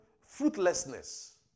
fruitlessness